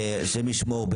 השם ישמור,